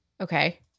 Okay